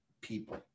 people